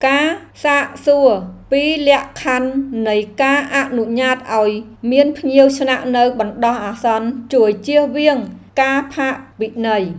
ការសាកសួរពីលក្ខខណ្ឌនៃការអនុញ្ញាតឱ្យមានភ្ញៀវស្នាក់នៅបណ្តោះអាសន្នជួយជៀសវាងការផាកពិន័យ។